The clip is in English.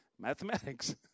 mathematics